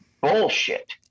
bullshit